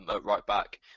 right-back